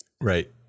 Right